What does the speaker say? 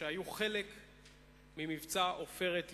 שהיו חלק ממבצע "עופרת יצוקה".